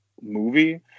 movie